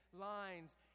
lines